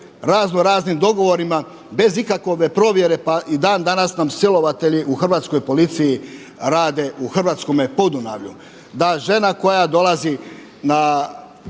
raznoraznim dogovorima bez ikakve provjere pa i dan danas silovatelji u Hrvatskoj policiji rade u hrvatskome Podunavlju da žena koja dolazi u